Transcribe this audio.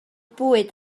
bwyd